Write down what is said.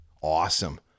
Awesome